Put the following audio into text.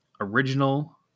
Original